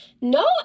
No